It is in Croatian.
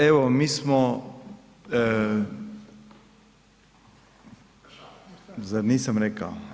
Evo mi smo …... [[Upadica se ne čuje.]] Zar nisam rekao?